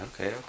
Okay